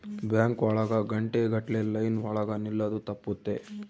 bank ಒಳಗ ಗಂಟೆ ಗಟ್ಲೆ ಲೈನ್ ಒಳಗ ನಿಲ್ಲದು ತಪ್ಪುತ್ತೆ